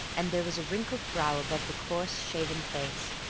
and there was a wrinkled brow above the coarse, shaven face,